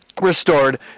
restored